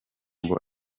ngo